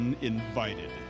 Uninvited